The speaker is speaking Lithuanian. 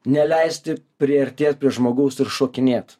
neleisti priartėt prie žmogaus ir šokinėt